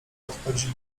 odchodzi